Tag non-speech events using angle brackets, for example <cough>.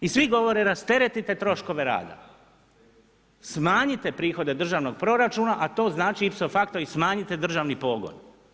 I svi govore rasteretite troškove rada, smanjite prihode državnog proračuna, a to znači … <unintelligible> i smanjite državni pogon.